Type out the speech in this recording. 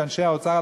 כאנשי האוצר,